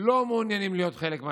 לא מעוניינת להיות חלק מהשלטון.